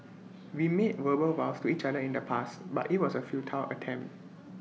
we made verbal vows to each other in the past but IT was A futile attempt